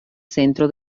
centro